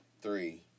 three